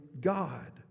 God